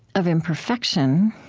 of imperfection,